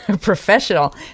professional